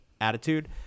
attitude